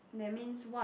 that means what